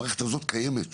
המערכת הזאת כבר קיימת,